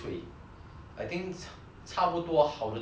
I think 差不多好的东西都有在里面